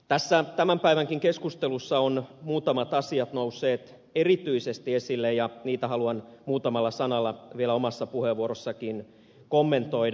tässä tämän päivänkin keskustelussa ovat muutamat asiat nousseet erityisesti esille ja niitä haluan muutamalla sanalla vielä omassa puheenvuorossanikin kommentoida